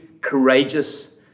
courageous